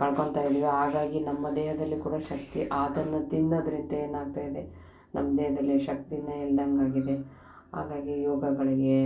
ಕಳ್ಕೊಳ್ತಾ ಇದ್ದೀವಿ ಹಾಗಾಗಿ ನಮ್ಮ ದೇಹದಲ್ಲಿ ಕೂಡ ಶಕ್ತಿ ಆದನ್ನು ತಿನ್ನೋದ್ರಿಂದ ಏನಾಗ್ತಾಯಿದೆ ನಮ್ಮ ದೇಹದಲ್ಲಿ ಶಕ್ತಿಯೇ ಇಲ್ದಂಗೆ ಆಗಿದೆ ಹಾಗಾಗಿ ಯೋಗಗಳಿಗೆ